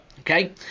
Okay